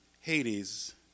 Hades